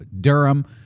Durham